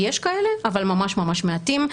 יש כאלה אבל ממש מעטים.